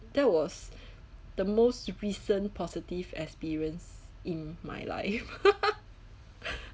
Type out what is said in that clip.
that was the most recent positive experience in my life